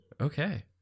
Okay